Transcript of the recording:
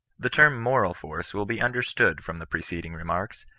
the term moral force will be understood from the pre ceding remarks,